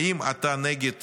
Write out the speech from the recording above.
האם אתה נגד